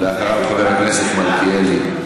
אחריו, חבר הכנסת מלכיאלי.